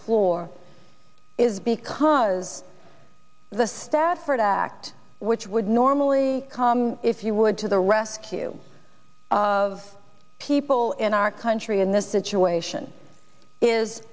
floor is because the stafford act which would normally come if you would to the rescue of people in our country in this situation is